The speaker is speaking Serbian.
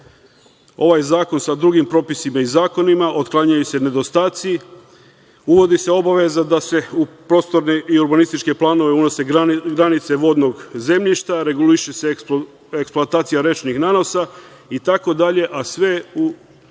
ovaj zakon sa drugim propisima i zakonima, otklanjaju se nedostaci, uvodi se obaveza da se u prostorne i urbanističke planove unose granice vodnog zemljišta, reguliše se eksploatacija rečnih nanosa itd, a sve u